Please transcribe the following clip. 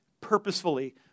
purposefully